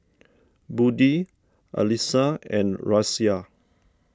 Budi Alyssa and Raisya